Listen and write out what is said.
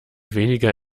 weniger